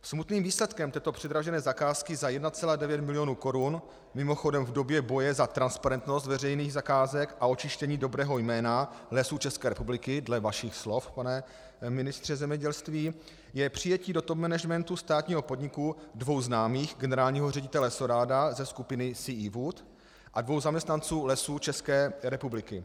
Smutným výsledkem této předražené zakázky za 1,9 milionu korun, mimochodem v době boje za transparentnost veřejných zakázek a očištění dobrého jména Lesů České republiky dle vašich slov, pane ministře zemědělství, je přijetí do top managementu státního podniku dvou známých generálního ředitele Szóráda ze skupiny CE Wood a dvou zaměstnanců Lesů České republiky.